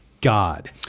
God